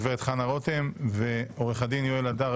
הגברת חנה רותם ועורך דין יואל הדר,